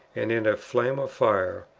and in a flame of fire,